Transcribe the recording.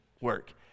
work